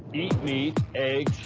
eat meat, eggs,